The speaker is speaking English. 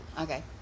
okay